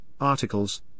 articles